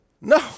no